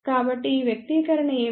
కాబట్టి ఈ వ్యక్తీకరణ ఏమిటి